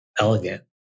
elegant